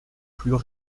plus